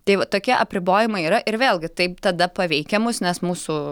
tai va tokie apribojimai yra ir vėlgi taip tada paveikia mus nes mūsų